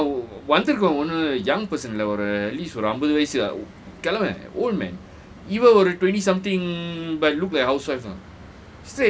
அப்ப அவரும் வந்து இருக்குறவர்:appa awarum wanthu irukurawar young person ல :la at least அம்பது வயசு கெழவன்:ambathu wayasu kelawan old man even if twenty something but look like housewife ah